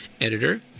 editor